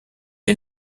est